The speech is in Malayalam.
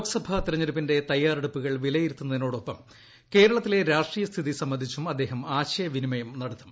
ലോക്സഭാ തെരെഞ്ഞെടുപ്പിന്റെ തയ്യാറെടുപ്പുകൾ വിലയിരുത്തുന്നതിനൊപ്പം കേരളത്തിലെ രാഷ്ട്രീയ സ്ഥിതി സംബന്ധിച്ചും അദ്ദേഹം ആശയവിനിമയിൽ നടത്തും